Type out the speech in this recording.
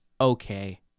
okay